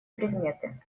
предметы